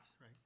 right